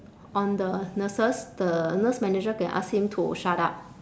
on the nurses the nurse manager can ask him to shut up